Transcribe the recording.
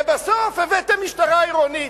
בסוף הבאתם משטרה עירונית.